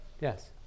yes